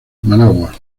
managua